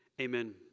Amen